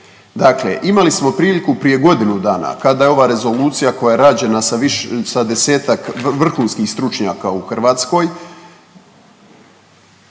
Dakle imali smo priliku prije godinu dana kada je ova rezolucija koja je rađena sa 10-tak vrhunskih stručnjaka u Hrvatskoj,